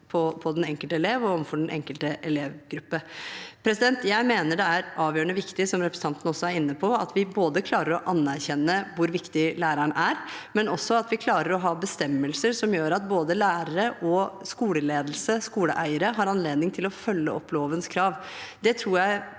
på den enkelte elev og overfor den enkelte elevgruppe. Jeg mener det er avgjørende viktig, som representanten også er inne på, at vi klarer å anerkjenne hvor viktig læreren er, men også at vi klarer å ha bestemmelser som gjør at både lærere, skoleledelse og skoleeiere har anledning til å følge opp lovens krav.